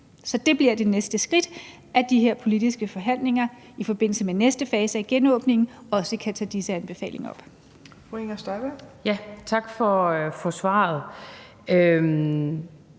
Så det bliver de næste skridt, at man i de her politiske forhandlinger i forbindelse med næste fase af genåbningen også kan tage disse anbefalinger op.